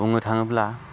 बुंनो थाङोब्ला